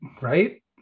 right